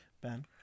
Ben